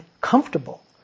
comfortable